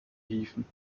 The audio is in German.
hieven